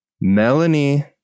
Melanie